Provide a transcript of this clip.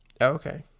okay